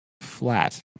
flat